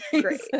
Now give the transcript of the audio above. great